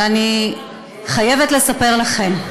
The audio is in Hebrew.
אבל אני חייבת לספר לכם,